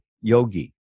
yogi